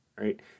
right